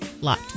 lot